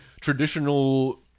traditional